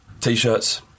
t-shirts